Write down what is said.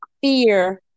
fear